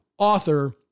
author